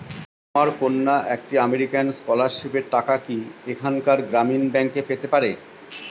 আমার কন্যা একটি আমেরিকান স্কলারশিপের টাকা কি এখানকার গ্রামীণ ব্যাংকে পেতে পারে?